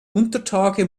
untertage